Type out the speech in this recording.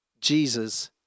Jesus